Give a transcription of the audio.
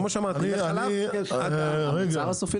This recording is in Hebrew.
המוצר הסופי